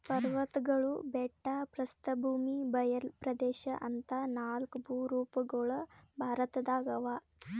ಪರ್ವತ್ಗಳು ಬೆಟ್ಟ ಪ್ರಸ್ಥಭೂಮಿ ಬಯಲ್ ಪ್ರದೇಶ್ ಅಂತಾ ನಾಲ್ಕ್ ಭೂರೂಪಗೊಳ್ ಭಾರತದಾಗ್ ಅವಾ